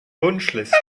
wunschliste